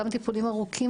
גם טיפולים ארוכים,